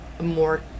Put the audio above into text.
more